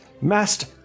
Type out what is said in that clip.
Master